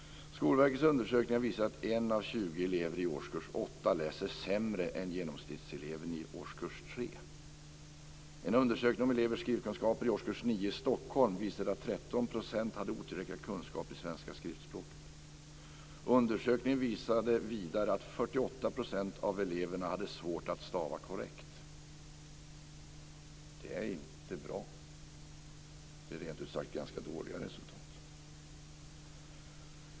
Skolverkets undersökningar visar att 1 av 20 elever i årskurs 8 läser sämre än genomsnittseleven i årskurs 3. En undersökning om elevers skrivkunskaper i årskurs 9 i Stockholm visar att 13 % hade otillräckliga kunskaper i svenska skriftspråket. Undersökningen visar vidare att 48 % av eleverna hade svårt att stava korrekt. Det är inte bra. Det är rent ut sagt ganska dåliga resultat.